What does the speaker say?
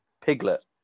Piglet